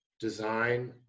design